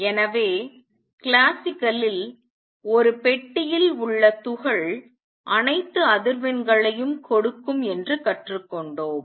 எனவே கிளாசிக்கலில் ஒரு பெட்டியில் உள்ள துகள் அனைத்து அதிர்வெண்களையும் கொடுக்கும் என்று கற்றுக் கொண்டோம்